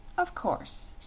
of course.